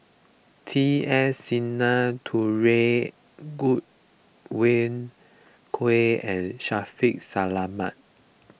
T S Sinnathuray Godwin Koay and Shaffiq Selamat